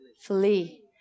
Flee